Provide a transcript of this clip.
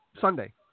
Sunday